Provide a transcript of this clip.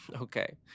Okay